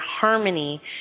harmony